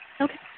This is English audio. Okay